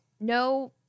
no